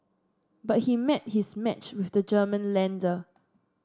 but he met his match with the German lender